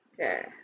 Okay